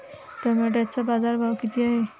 टोमॅटोचा बाजारभाव किती आहे?